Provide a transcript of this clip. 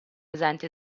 esenti